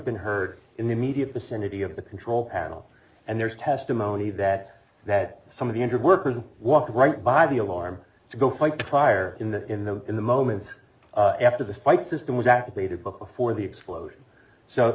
been heard in the immediate vicinity of the control panel and there's testimony that that some of the injured workers walked right by the alarm to go fight the fire in the in the in the moments after the fight system was activated book before the explosion